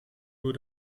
nur